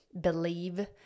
believe